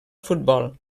futbol